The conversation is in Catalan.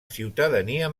ciutadania